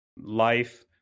life